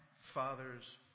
Father's